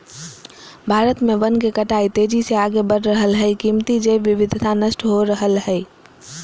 भारत में वन के कटाई तेजी से आगे बढ़ रहल हई, कीमती जैव विविधता नष्ट हो रहल हई